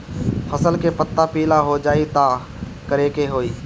फसल के पत्ता पीला हो जाई त का करेके होई?